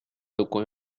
tocó